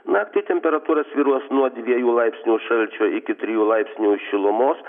naktį temperatūra svyruos nuo dviejų laipsnių šalčio iki trijų laipsnių šilumos